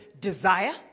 desire